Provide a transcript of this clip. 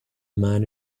man